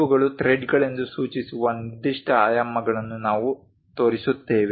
ಇವುಗಳು ಥ್ರೆಡ್ಗಳೆಂದು ಸೂಚಿಸುವ ನಿರ್ದಿಷ್ಟ ಆಯಾಮಗಳನ್ನು ನಾವು ತೋರಿಸುತ್ತೇವೆ